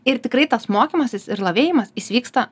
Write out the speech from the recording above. ir tikrai tas mokymasis ir lavėjimas jis vyksta